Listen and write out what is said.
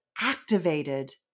activated